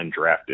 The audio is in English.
undrafted